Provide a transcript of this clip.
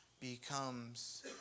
becomes